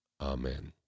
Amen